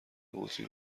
قوطی